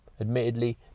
admittedly